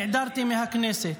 נעדרתי מהכנסת,